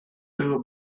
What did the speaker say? too